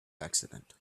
accident